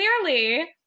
clearly